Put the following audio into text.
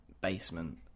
basement